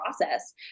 process